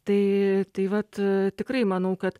tai tai vat tikrai manau kad